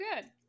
good